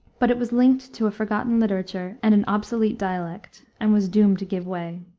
but it was linked to a forgotten literature and an obsolete dialect, and was doomed to give way.